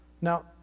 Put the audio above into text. Now